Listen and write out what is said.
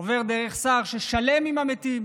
אנחנו לא שלמים עם המתים,